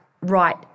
right